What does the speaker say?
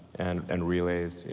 and and relays,